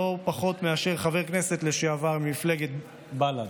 לא פחות מאשר על ידי חבר כנסת לשעבר ממפלגת בל"ד.